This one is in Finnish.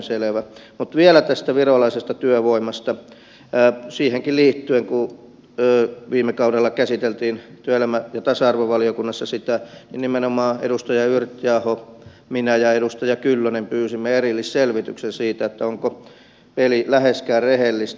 mutta vielä tästä virolaisesta työvoimasta siihenkin liittyen kun sitä viime kaudella käsiteltiin työelämä ja tasa arvovaliokunnassa ja nimenomaan edustaja yrttiaho minä ja edustaja kyllönen pyysimme erillisselvityksen siitä onko peli läheskään rehellistä